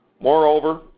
Moreover